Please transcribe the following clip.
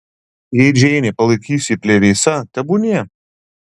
jei džeinė palaikys jį plevėsa tebūnie